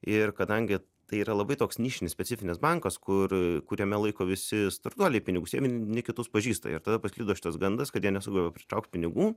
ir kadangi tai yra labai toks nišinis specifinis bankas kur kuriame laiko visi startuoliai pinigus jie vieni kitus pažįsta ir tada pasklido šitas gandas kad jie nesugeba pritraukt pinigų